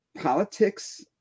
Politics